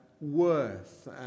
worth